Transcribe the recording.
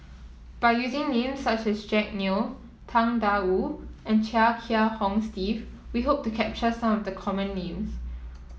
by using names such as Jack Neo Tang Da Wu and Chia Kiah Hong Steve we hope to capture some of the common names